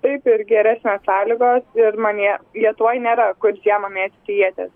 taip ir geresnės sąlygos ir manie lietuvoje nėra kur žiemą mėtyti ieties